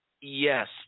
Yes